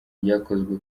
ryakozwe